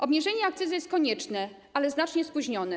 Obniżenie akcyzy jest konieczne, ale znacznie spóźnione.